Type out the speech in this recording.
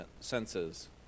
senses